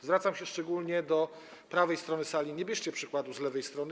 Zwracam się szczególnie do prawej strony sali - nie bierzcie przykładu z lewej strony.